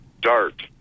dart